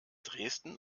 dresden